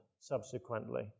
subsequently